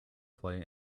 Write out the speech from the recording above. play